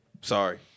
Sorry